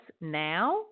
now